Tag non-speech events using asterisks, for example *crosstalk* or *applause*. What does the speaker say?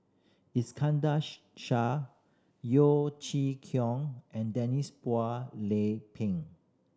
Iskandar *unintelligible* Shah Yeo Chee Kiong and Denise Phua Lay Peng